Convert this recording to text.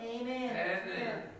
Amen